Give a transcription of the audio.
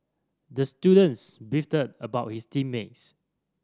the students beefed about his team mates